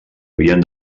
havien